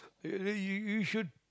uh you you should